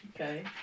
okay